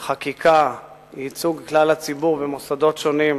חקיקה, ייצוג כלל הציבור במוסדות שונים.